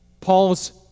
Paul's